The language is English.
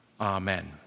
amen